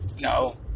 No